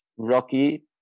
rocky